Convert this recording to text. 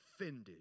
offended